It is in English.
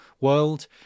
world